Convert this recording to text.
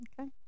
Okay